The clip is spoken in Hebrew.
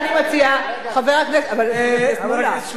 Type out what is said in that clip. חבר הכנסת שלמה מולה,